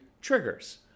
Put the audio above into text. triggers